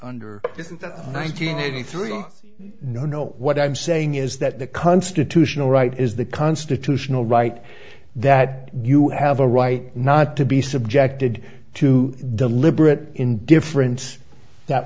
under nineteen eighty three no no what i'm saying is that the constitutional right is the constitutional right that you have a right not to be subjected to deliberate indifference that